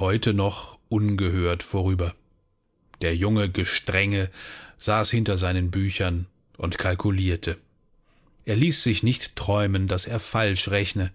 heute noch ungehört vorüber der junge gestrenge saß hinter seinen büchern und kalkulierte er ließ sich nicht träumen daß er falsch rechne